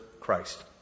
Christ